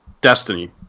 destiny